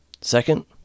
Second